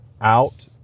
out